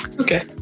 Okay